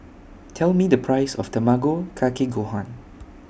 Tell Me The Price of Tamago Kake Gohan